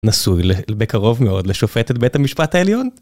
נשוי בקרוב מאוד לשופטת בית המשפט העליון.